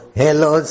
hello